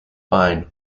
fine